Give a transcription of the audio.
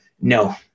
no